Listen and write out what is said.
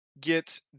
get